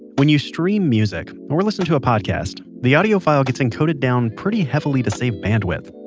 when you stream music, or listen to a podcast, the audio files gets encoded down pretty heavily to save bandwidth.